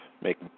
make